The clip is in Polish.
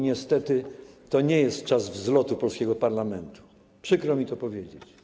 Niestety to nie jest czas wzlotu polskiego parlamentu, przykro mi to powiedzieć.